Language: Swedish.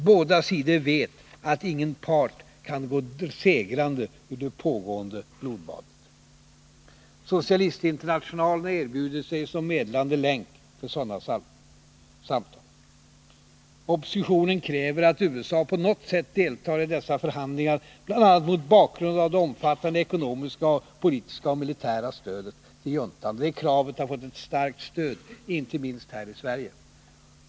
Båda sidor vet, att ingen part kan gå segrande ur det pågående blodbadet. Socialistinternationalen har erbjudit sig som medlande länk för sådana samtal. Oppositionen kräver att USA på något sätt deltar i dessa förhandlingar bl.a. mot bakgrund av det omfattande ekonomiska, politiska och militära stödet till juntan. Det kravet har fått ett starkt stöd, inte minst här i Sverige.